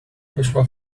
wyszła